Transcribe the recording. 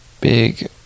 Big